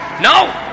No